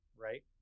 right